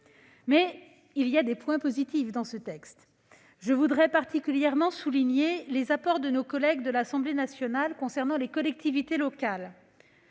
néanmoins des points positifs ! Je voudrais particulièrement souligner les apports de nos collègues de l'Assemblée nationale concernant les collectivités locales